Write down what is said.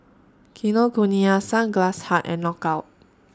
Kinokuniya Sunglass Hut and Knockout